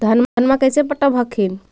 धन्मा कैसे पटब हखिन?